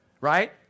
right